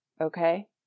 Okay